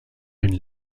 une